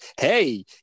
Hey